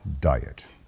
diet